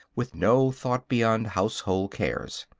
with no thought beyond household cares.